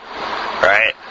Right